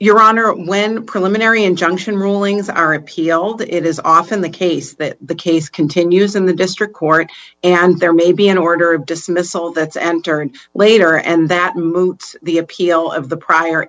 your honor when preliminary injunction rulings are appealed it is often the case that the case continues in the district court and there may be an order of dismissal that's enter in later and that moot the appeal of the prior